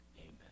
Amen